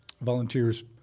volunteers